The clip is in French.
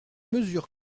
mesures